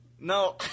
no